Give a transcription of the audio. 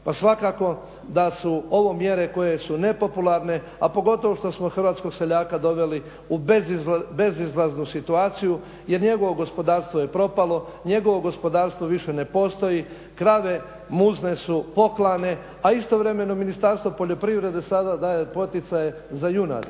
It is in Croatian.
Pa svakako da su ovo mjere koje su nepopularne a pogotovo što smo hrvatskog seljaka doveli u bezizlaznu situaciju jer njegovo gospodarstvo je propalo, njegovo gospodarstvo više ne postoji, krave muzne su poklane a istovremeno Ministarstvo poljoprivrede sada daje poticaje za junad.